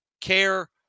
care